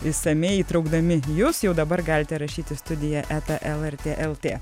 išsamiai įtraukdami jus jau dabar galite rašyti studija eta lrt lt